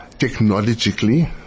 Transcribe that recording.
technologically